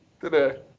today